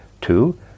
Two